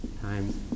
times